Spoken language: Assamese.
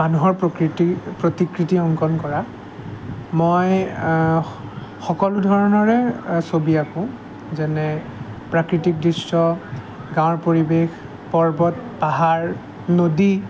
মানুহৰ প্ৰকৃতি প্ৰতিকৃতি অংকন কৰা মই সকলো ধৰণৰে ছবি আঁকো যেনে প্ৰাকৃতিক দৃশ্য গাঁৱৰ পৰিৱেশ পৰ্বত পাহাৰ নদী